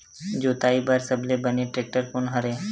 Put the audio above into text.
जोताई बर सबले बने टेक्टर कोन हरे?